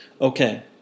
Okay